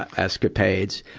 escapades.